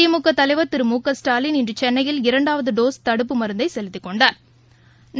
திமுகதலைவர் திரு மு க ஸ்டாலின் இன்றுசென்னையில் இரண்டாவதுடோஸ் தடுப்பு மருந்தைசெலுத்திக் னெண்டா்